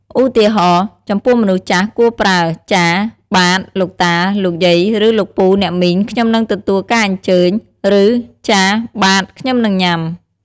ឧទាហរណ៍៖ ចំពោះមនុស្សចាស់ គួរប្រើ "ចាស/បាទ លោកតា លោកយាយ ឬលោកពូ អ្នកមីង ខ្ញុំនឹងទទួលការអញ្ជើញ" ឬ "ចាស/បាទ ខ្ញុំនឹងញ៉ាំ"។